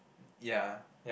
ya